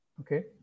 Okay